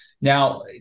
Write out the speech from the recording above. Now